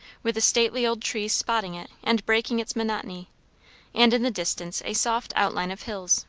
with the stately old trees spotting it and breaking its monotony and in the distance a soft outline of hills,